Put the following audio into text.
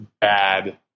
bad